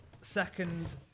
second